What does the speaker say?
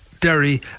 Derry